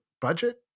budget